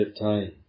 time